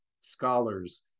scholars